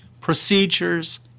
procedures